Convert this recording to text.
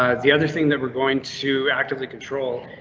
ah the other thing that we're going to actively control.